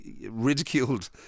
ridiculed